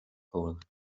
gold